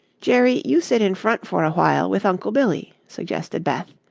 jerry, you sit in front for a while with uncle billy, suggested beth.